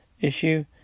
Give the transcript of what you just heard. issue